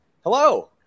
Hello